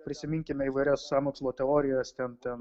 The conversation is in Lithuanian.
prisiminkime įvairias sąmokslo teorijos ten ten